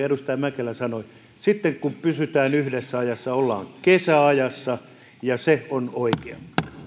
edustaja mäkelä sanoi että sitten kun pysytään yhdessä ajassa ollaan kesäajassa ja se on oikea